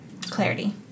Clarity